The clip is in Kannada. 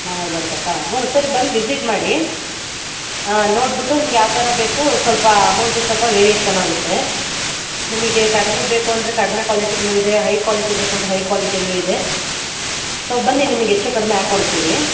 ನಾವೇ ಬರಬೇಕಾ ಹ್ಞೂ ಸರಿ ಬಂದು ವಿಸಿಟ್ ಮಾಡಿ ನೋಡಿಬಿಟ್ಟು ನಿಮ್ಗೆ ಯಾವ ಥರ ಬೇಕೋ ಸ್ವಲ್ಪ ಅಮೌಂಟು ಸ್ವಲ್ಪ ವೇರಿಯೇಶನ್ ಆಗುತ್ತೆ ನಿಮಗೆ ಕಡಿಮೆ ಬೇಕು ಅಂದರೆ ಕಡಿಮೆ ಕ್ವಾಲಿಟಿನೂ ಇದೆ ಹೈ ಕ್ವಾಲಿಟಿ ಬೇಕು ಅಂದ್ರೆ ಹೈ ಕ್ವಾಲಿಟಿನೂ ಇದೆ ಸೊ ಬನ್ನಿ ನಿಮ್ಗೆ ಹೆಚ್ಚು ಕಡಿಮೆ ಹಾಕಿ ಕೊಡ್ತೀವಿ